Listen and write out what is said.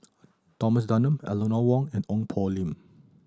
Thomas Dunman Eleanor Wong and Ong Poh Lim